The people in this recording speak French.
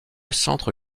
centre